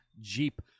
Jeep